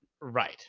Right